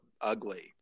ugly